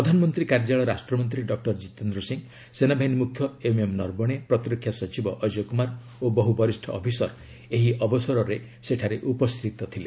ପ୍ରଧାନମନ୍ତ୍ରୀ କାର୍ଯ୍ୟାଳୟ ରାଷ୍ଟ୍ରମନ୍ତ୍ରୀ ଡକ୍ଟର ଜିତେନ୍ଦ୍ର ସିଂହ ସେନାବାହିନୀ ମୁଖ୍ୟ ଏମ୍ଏମ୍ ନର୍ବଣେ ପ୍ରତିରକ୍ଷା ସଚିବ ଅଜୟ କୁମାର ଓ ବହୁ ବରିଷ୍ଠ ଅଫିସର ଏହି ଅବସରରେ ସେଠାରେ ଉପସ୍ଥିତ ଥିଲେ